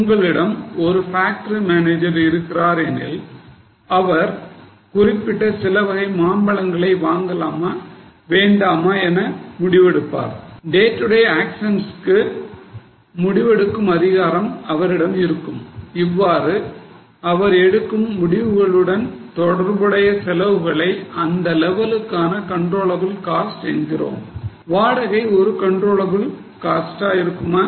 உங்களிடம் ஒரு factory manager இருக்கிறார் எனில் அவர் குறிப்பிட்ட சில வகை மாம்பழங்களை வாங்கலாமா வேண்டாமா என முடிவு எடுப்பார் டே டு டே ஆக்சன்ஸ்க்கு முடிவெடுக்கும் அதிகாரம் அவரிடம் இருக்கும் இவ்வாறு அவர் எடுக்கும் முடிவுகளுடன் தொடர்புடைய செலவுகளைஅந்த லெவலுக்கான controllable cost என்கிறோம் வாடகை ஒரு controllable cost அ இருக்குமா